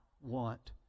want